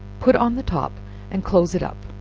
put on the top and close it up,